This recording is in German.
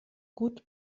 gut